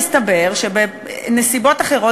מסתבר שבנסיבות אחרות,